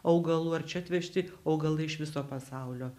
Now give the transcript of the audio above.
augalų ar čia atvežti augalai iš viso pasaulio